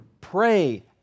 pray